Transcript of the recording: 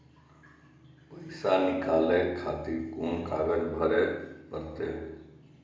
पैसा नीकाले खातिर कोन कागज भरे परतें?